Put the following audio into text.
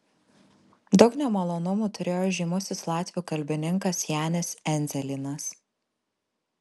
daug nemalonumų turėjo žymusis latvių kalbininkas janis endzelynas